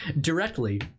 directly